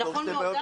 נכון מאוד.